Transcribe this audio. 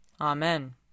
Amen